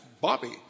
Bobby